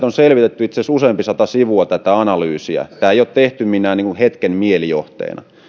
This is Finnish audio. on itse asiassa useampi sata sivua tätä ei ole tehty minään hetken mielijohteena